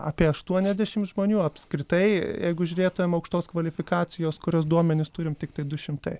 apie aštuoniasdešim žmonių apskritai jeigu žiūrėtumėm aukštos kvalifikacijos kurios duomenis turim tiktai du šimtai